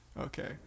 Okay